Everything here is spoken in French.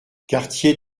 quartier